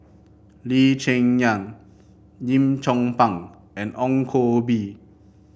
Lee Cheng Yan Lim Chong Pang and Ong Koh Bee